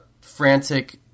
frantic